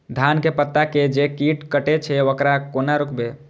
धान के पत्ता के जे कीट कटे छे वकरा केना रोकबे?